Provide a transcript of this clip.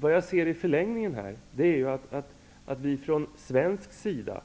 Vad jag ser i förlängningen är att vi från svensk sida